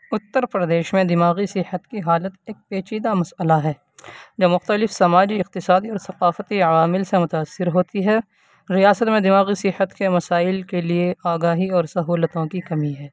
اتر پردیش میں دماغی صحت کی حالت ایک پیچیدہ مسٔلہ ہے جو مختلف سماجی اقتصادی اور ثقافتی عوامل سے متاثر ہوتی ہے ریاست میں دماغی صحت کے مسائل کے لیے آگاہی اور سہولتوں کی کمی ہے